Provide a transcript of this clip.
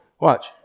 Watch